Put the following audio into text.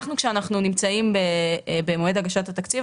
כשאנחנו נמצאים במועד הגשת התקציב,